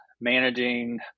managing